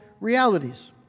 realities